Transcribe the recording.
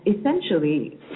essentially